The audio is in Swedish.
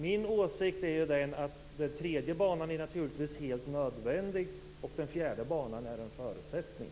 Min åsikt är att den tredje banan naturligtvis är helt nödvändig och att den fjärde banan är en förutsättning.